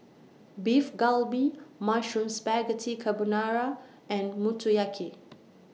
Beef Galbi Mushroom Spaghetti Carbonara and Motoyaki